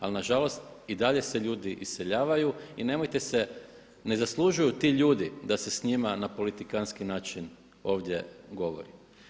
Ali nažalost i dalje se ljudi iseljavaju i nemojte se ne zaslužuju ti ljudi da se s njima na politikantski način ovdje govori.